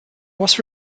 was